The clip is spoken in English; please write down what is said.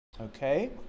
okay